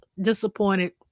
disappointed